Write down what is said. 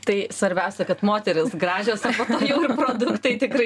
tai svarbiausia kad moterys gražios o po to jau ir produktai tikrai